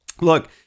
Look